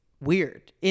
weird